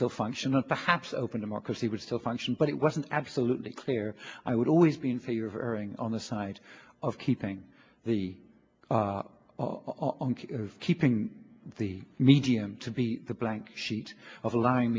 still function and perhaps open democracy would still function but it wasn't absolutely clear i would always be in favor of earning on the side of keeping the are keeping the medium to be the blank sheet of